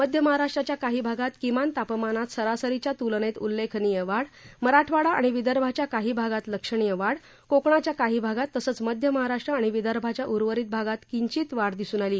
मध्य महाराष्ट्राच्या काही भागात किमान तापमानात सरासरीच्या तुलनेत उल्लेखनीय वाढ मराठवाडा आणि विदर्भाच्या काही भागात लक्षणीय वाढ कोकणाच्या काही भागात तसंच मध्य महाराष्ट्र आणि विदर्भाच्या उर्वरित भागात किंचित वाढ दिसून आली